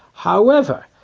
however,